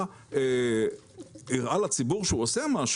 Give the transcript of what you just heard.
אחרי שהוא הראה לציבור שהוא עושה משהו,